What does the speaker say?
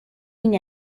این